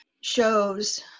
shows